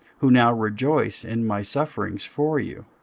who now rejoice in my sufferings for you,